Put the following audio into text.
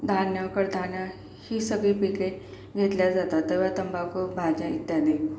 धान्य कडधान्य ही सगळी पिके घेतल्या जातात तेव्हा तंबाखू भाज्या इत्यादी